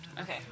Okay